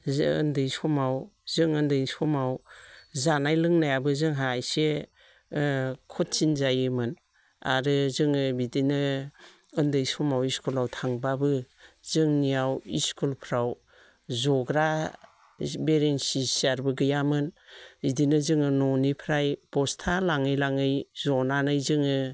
जों उन्दैनि समाव जानाय लोंनायाबो जोंहा एसे कथिन जायोमोन आरो जोङो बिदिनो उन्दै समाव स्कुलाव थांबाबो जोंनियाव स्कुलफ्राव जग्रा बेरेन्सि सियारबो गैयामोन बिदिनो जोङो न'निफ्राय बस्था लाङै लाङै जनानै जोङो